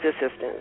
assistance